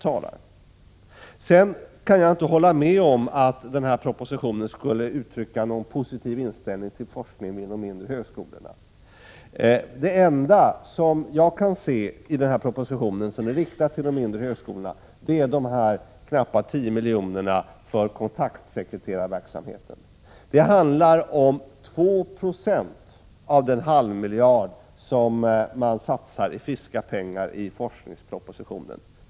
Jag kan inte hålla med om att propositionen skulle uttrycka någon positiv inställning till forskning vid de mindre högskolorna. Det enda som jag kan se i denna proposition som är riktat till de mindre högskolorna är de knappa tio miljonerna för kontaktsekreterarverksamheten. Det är 2 20 av den halva miljard friska pengar som man satsar i forskningspropositionen.